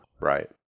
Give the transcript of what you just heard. Right